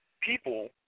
people